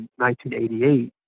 1988